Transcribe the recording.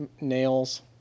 nails